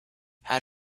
had